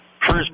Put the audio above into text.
First